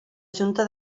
junta